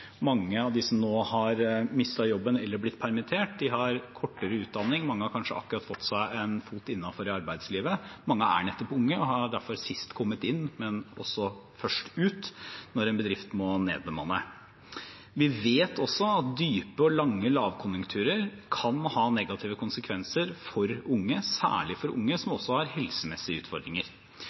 mange av dem som nå har mistet jobben eller blitt permittert, har kortere utdanning, mange har kanskje akkurat fått en fot innenfor arbeidslivet, mange er nettopp unge og har derfor kommet sist inn, men må først ut når en bedrift må nedbemanne. Vi vet også at dype og lange lavkonjunkturer kan ha negative konsekvenser for unge, særlig for unge som også har helsemessige utfordringer.